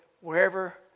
wherever